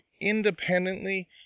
independently